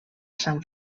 sant